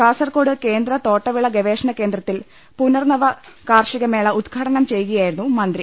കാസർകോട് കേന്ദ്ര തോട്ടവിള ഗവേഷണ കേന്ദ്രത്തിൽ പുനർനവ കാർഷിക മേള ഉദ്ഘാടനം ചെയ്യുകയായിരുന്നു മന്ത്രി